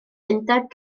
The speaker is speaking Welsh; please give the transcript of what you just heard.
undeb